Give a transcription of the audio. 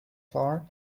floor